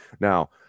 Now